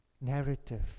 narrative